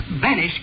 vanish